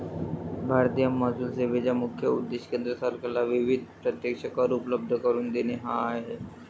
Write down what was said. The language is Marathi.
भारतीय महसूल सेवेचा मुख्य उद्देश केंद्र सरकारला विविध प्रत्यक्ष कर उपलब्ध करून देणे हा आहे